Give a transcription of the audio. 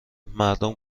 مردم